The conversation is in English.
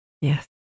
Yes